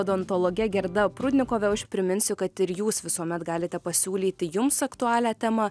odontologe gerda prudnikove o aš priminsiu kad ir jūs visuomet galite pasiūlyti jums aktualią temą